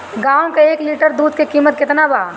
गाए के एक लीटर दूध के कीमत केतना बा?